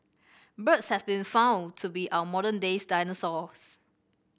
birds have been found to be our modern days dinosaurs